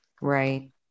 Right